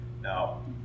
Now